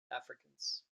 africans